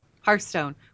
hearthstone